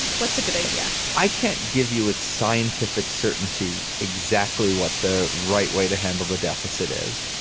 what's a good idea? i can't give you with scientific certainty exactly what the right way to handle the deficit is.